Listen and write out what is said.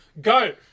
Go